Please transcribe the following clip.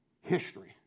history